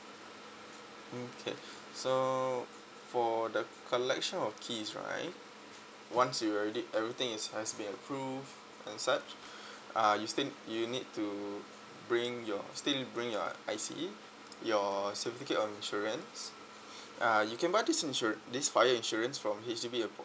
okay so for the collection of keys right once you already everything is has been approved and set uh you still you need to bring your still bring your I_C your certificate of insurance uh you can buy this insura~ this fire insurance from H_D_B appro~